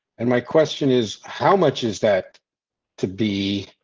and my question is, how much is that to be.